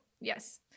yes